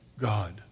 God